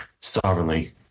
sovereignly